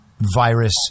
virus